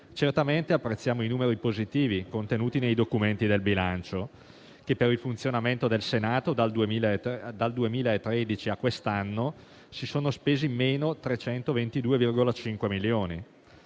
Certamente apprezziamo i numeri positivi contenuti nei documenti del bilancio. Per il funzionamento del Senato, dal 2013 a quest'anno, si sono spesi meno 322,5 milioni.